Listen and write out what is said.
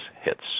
hits